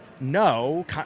no